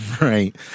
right